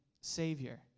Savior